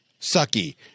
sucky